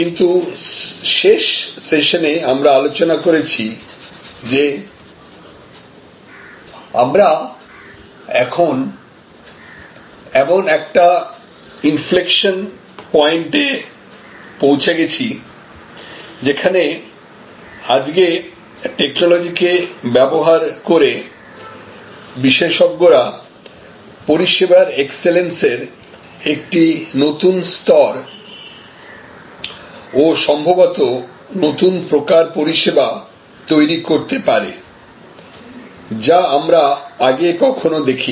কিন্তু শেষ সেশনে আমরা আলোচনা করেছি যে আমরা এখন এমন একটা ইনফ্লেকশন পয়েন্টে পৌঁছে গেছি যেখানে আজকে টেকনোলজিকে ব্যবহার করে বিশেষজ্ঞরা পরিষেবার এক্সেলেন্সের একটি নতুন স্তর ও সম্ভবত নতুন প্রকার পরিষেবা তৈরি করতে পারে যা আমরা আগে কখনো দেখিনি